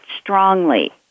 strongly